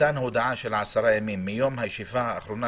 מתן הודעה של עשרה ימים מיום הישיבה האחרונה